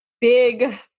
big